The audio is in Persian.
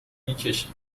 میکشید